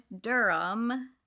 Durham